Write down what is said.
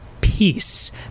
peace